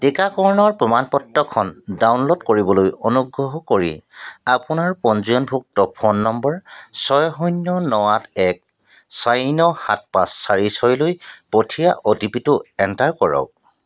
টীকাকৰণৰ প্ৰমাণ পত্ৰখন ডাউনল'ড কৰিবলৈ অনুগ্ৰহ কৰি আপোনাৰ পঞ্জীয়নভুক্ত ফোন নম্বৰ ছয় শূন্য ন আঠ এক চাৰি ন সাত পাঁচ চাৰি ছয়লৈ পঠিওৱা অ' টি পি টো এণ্টাৰ কৰক